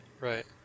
Right